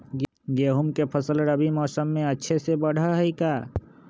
गेंहू के फ़सल रबी मौसम में अच्छे से बढ़ हई का?